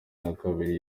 nakabiri